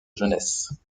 jeunesse